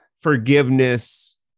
forgiveness